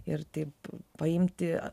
ir taip paimti